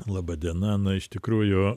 laba diena na iš tikrųjų